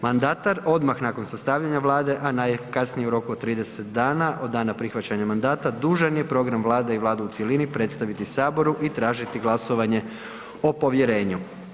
Mandatar odmah nakon sastavljanja vlade, a najkasnije u roku od 30 dana od dana prihvaćanja mandata dužan je program Vlade i Vladu u cjelini predstaviti Saboru i tražiti glasovanje o povjerenju.